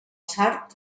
sard